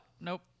nope